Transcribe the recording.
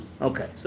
Okay